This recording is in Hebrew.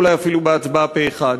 אולי אפילו בהצבעה פה-אחד.